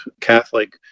Catholic